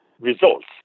results